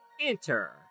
Enter